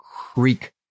Creek